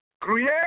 Create